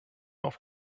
auf